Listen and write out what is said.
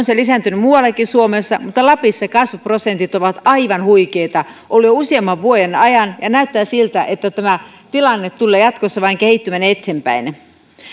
se lisääntynyt muuallakin suomessa mutta lapissa kasvuprosentit ovat aivan huikeita olleet jo useamman vuoden ajan ja näyttää siltä että tämä tilanne tulee jatkossa vain kehittymään eteenpäin